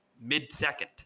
mid-second